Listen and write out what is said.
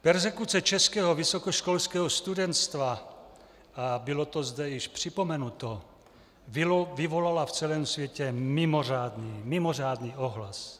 Perzekuce českého vysokoškolského studenstva, a bylo to zde již připomenuto, vyvolala v celém světě mimořádný, mimořádný ohlas.